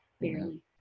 Barely